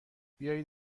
بیایید